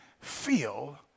feel